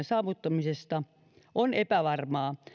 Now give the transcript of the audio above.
saavuttamisesta ovat epävarmoja